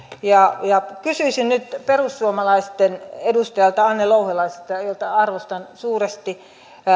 kysyisin nyt perussuomalaisten edustajalta anne louhelaiselta jota arvostan suuresti